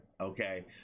okay